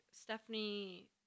Stephanie